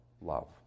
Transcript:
love